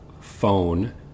phone